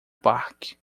parque